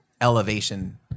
elevation